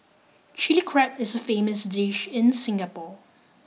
Chilli Crab is a famous dish in Singapore